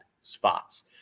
spots